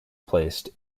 placed